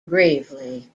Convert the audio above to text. gravely